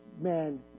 man